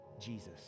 Jesus